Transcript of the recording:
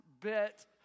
bit